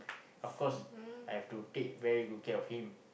of course I have to take very good care of him